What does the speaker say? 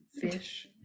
fish